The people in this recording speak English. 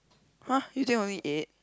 [huh] is there only eight